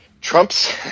Trump's